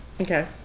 okay